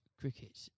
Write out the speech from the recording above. cricket